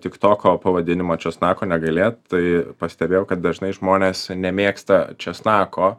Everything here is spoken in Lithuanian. tiktoko pavadinimą česnako negailėt tai pastebėjau kad dažnai žmonės nemėgsta česnako